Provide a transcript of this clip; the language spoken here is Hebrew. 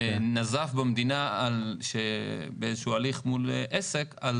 בית המשפט נזק במדינה באיזשהו הליך מול